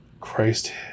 Christ